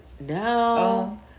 No